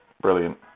Brilliant